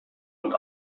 und